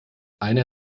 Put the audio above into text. einer